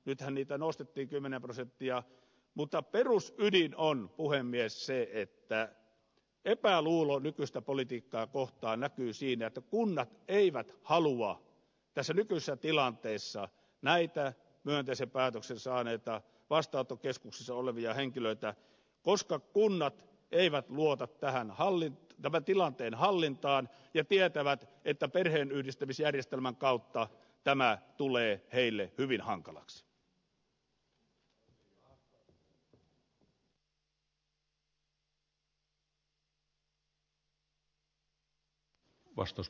nythän niitä nostettiin kymmenen prosenttia mutta perusydin on puhemies se että epäluulo nykyistä politiikkaa kohtaan näkyy siinä että kunnat eivät halua tässä nykyisessä tilanteessa näitä myönteisen päätöksen saaneita vastaanottokeskuksissa olevia henkilöitä koska kunnat eivät luota tämän tilanteen hallintaan ja tietävät että perheenyhdistämisjärjestelmän kautta tämä tulee heille hyvin hankalaksi